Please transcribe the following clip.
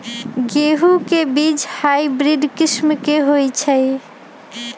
गेंहू के बीज हाइब्रिड किस्म के होई छई?